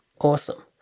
Awesome